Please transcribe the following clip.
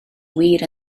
wir